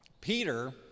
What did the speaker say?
Peter